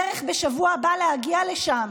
או יותר בדרך, בשבוע הבא הן יגיעו לשם.